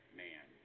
man